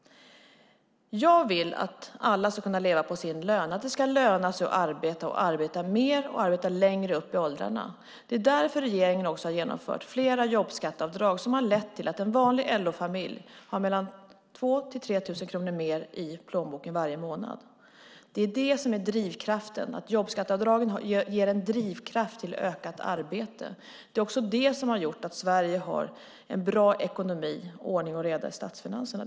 Jag vill att alla ska kunna leva på sin lön och att det ska löna sig att arbeta, arbeta mer och arbeta längre upp i åldrarna. Det är också därför regeringen har genomfört flera jobbskatteavdrag, som har lett till att en vanlig LO-familj har mellan 2 000 och 3 000 kronor mer i plånboken varje månad. Det är det som är drivkraften. Jobbskatteavdragen ger en drivkraft till ökat arbete. Det är också det som har gjort att Sverige har en bra ekonomi och ordning och reda i statsfinanserna.